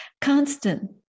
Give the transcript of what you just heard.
constant